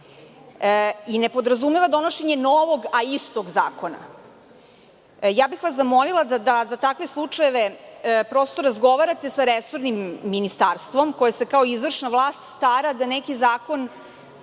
i ne podrazumeva donošenje novog a istog zakona. Zamolila bih vas da za takve slučajeve razgovarate sa resornim ministarstvom, koje se kao izvršna vlast stara da se neki zakon